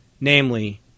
namely